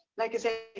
like i said,